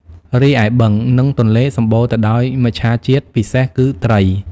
រីឯបឹងនឹងទន្លេសម្បូរទៅដោយមច្ឆាជាតិពិសេសគឺត្រី។